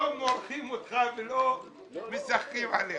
לא מורחים אותך ולא משחקים עליך.